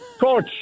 Coach